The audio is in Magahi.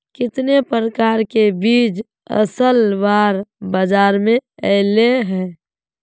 कितने प्रकार के बीज असल बार बाजार में ऐले है?